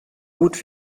gut